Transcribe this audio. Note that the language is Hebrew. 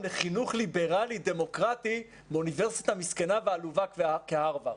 לחינוך ליברלי דמוקרטי באוניברסיטה מסכנה ועלובה כהרווארד?